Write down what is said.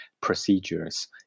procedures